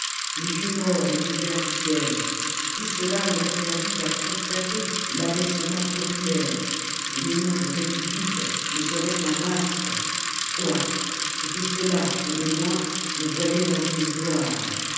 les vieux morts des misères du siège tout cela n'aurait servi qu'à constater l'abaissement populaire et le nom de république ne serait qu'un masque quoi c'était cela que de loin on voyait dans une gloire